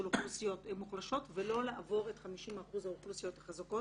אוכלוסיות מוחלשות ולא לעבור את 50% האוכלוסיות החזקות.